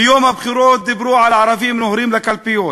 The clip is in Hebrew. ביום הבחירות דיברו על "ערבים נוהרים לקלפיות"